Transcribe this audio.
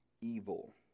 evil